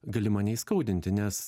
gali mane įskaudinti nes